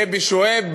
נבי שועייב,